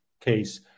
case